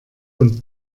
und